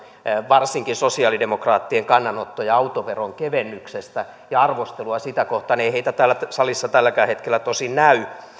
varsinkin sosialidemokraattien kannanottoja autoveron kevennykseen ja arvostelua sitä kohtaan ei heitä täällä salissa tälläkään hetkellä tosin näy